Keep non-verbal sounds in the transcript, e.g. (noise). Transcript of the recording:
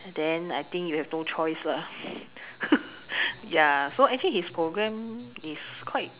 then I think you have no choice lah (laughs) ya so actually his program is quite